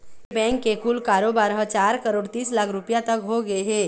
ए bank के कुल कारोबार ह चार करोड़ तीस लाख रूपिया तक होगे हे